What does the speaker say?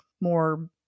more